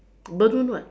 burnt wound [what]